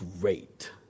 great